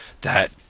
That